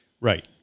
Right